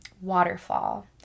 waterfall